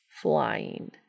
Flying